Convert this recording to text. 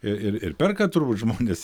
ir ir perka turbūt žmonės